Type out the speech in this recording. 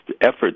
efforts